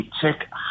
check